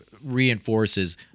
Reinforces